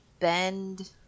bend